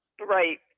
Right